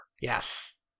Yes